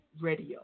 Radio